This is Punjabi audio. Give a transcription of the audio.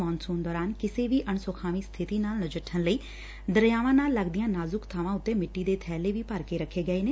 ਮਾਨਸੂਨ ਦੌਰਾਨ ਕਿਸੇ ਵੀ ਅਣਸੁਖਾਵੀਂ ਸਬਿਤੀ ਨਾਲ ਨਜਿੱਠਣ ਲਈ ਦਰਿਆਵਾਂ ਦੇ ਨਾਲ ਲਗਦੀਆਂ ਨਾਜੁਕ ਬਾਵਾਂ ਉਤੇ ਸਿੱਟੀ ਦੇ ਬੈਲੇ ਵੀ ਭਰ ਕੇ ਰੱਖੇ ਗਏ ਨੇ